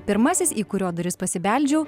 pirmasis į kurio duris pasibeldžiau